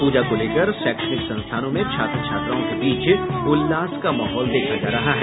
पूजा को लेकर शैक्षणिक संस्थानों में छात्र छात्राओं के बीच उल्लास का माहौल देखा जा रहा है